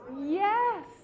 Yes